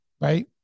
right